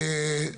אוקיי.